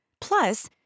Plus